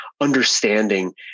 understanding